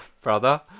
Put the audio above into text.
brother